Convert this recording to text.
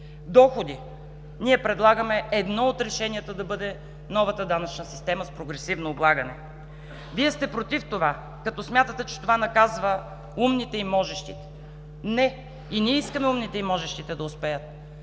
Доходи – ние предлагаме едно от решенията да бъде новата данъчна система с прогресивно облагане. Вие сте против това, като смятате, че това наказва умните и можещите. Не, и ние искаме умните и можещите да успеят,